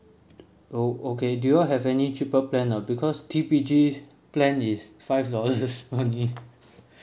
oh okay do you all have any cheaper plan or not because T_P_G's plan is five dollars only